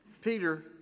Peter